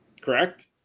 Correct